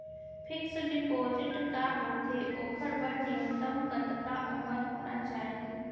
Fix deposit का होथे ओखर बर न्यूनतम कतका उमर होना चाहि?